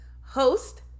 host